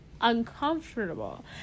uncomfortable